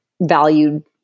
valued